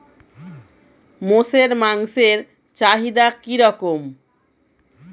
মোষের মাংসের চাহিদা কি রকম?